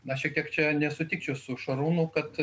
na šiek tiek čia nesutikčiau su šarūnu kad